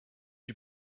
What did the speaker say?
you